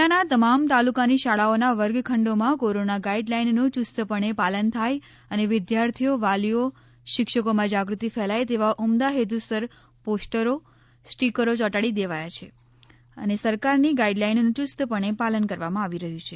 જિલ્લાના તમામ તાલુકાની શાળાઓના વર્ગખંડોમાં કોરોના ગાઈડ લાઈનનુ યુસ્તપણે પાલન થાય અને વિધાર્થીઓ વાલીઓ શિક્ષકોમાં જાગૃતિ ફેલાય તેવા ઉમદા હેતુસર પોસ્ટરો સ્ટીકરો ચોંટાડી દેવાયા છે અને સરકાર ની ગાઈડ લાઈનનું યુસ્ત પણે પાલન કરવામાં આવી રહ્યું છે